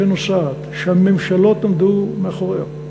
שנוסעת, שהממשלות עמדו מאחוריה,